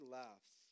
laughs